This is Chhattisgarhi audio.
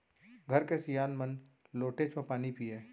घर के सियान मन लोटेच म पानी पियय